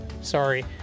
sorry